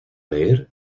leer